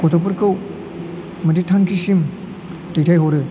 गथ'फोरखौ मोनसे थांखिसिम दैथायहरो